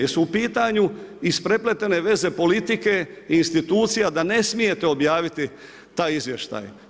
Jesu u pitanju isprepletane veze politike i institucija da ne smijete objaviti taj izvještaj?